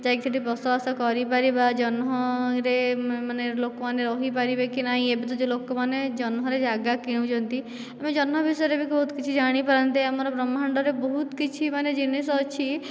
ଯାଇକି ସେଇଠି ବସବାସ କରିପାରିବା ଜହ୍ନରେ ମାନେ ଲୋକମାନେ ରହିପାରିବେ କି ନାହିଁ ଏବେତ ଲୋକମାନେ ଜହ୍ନରେ ଯାଗା କିଣୁଛନ୍ତି ଆମେ ଜହ୍ନ ବିଷୟରେ ବି ବହୁତ କିଛି ଜାଣିପାରନ୍ତେ ଆମର ବ୍ରହ୍ମାଣ୍ଡରେ ବହୁତ କିଛି ମାନେ ଜିନିଷ ଅଛି